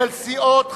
של סיעות חד"ש,